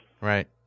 Right